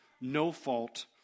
no-fault